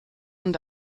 und